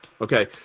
Okay